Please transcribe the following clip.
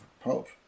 Pope